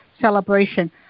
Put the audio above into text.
celebration